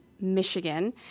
Michigan